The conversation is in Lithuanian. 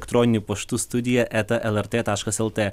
elektroniniu paštu studija eta lrt taškas lt